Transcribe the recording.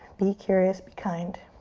be curious. be kind.